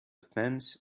fence